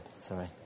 sorry